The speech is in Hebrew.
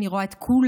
אני רואה את כולנו,